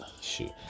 shoot